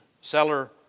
seller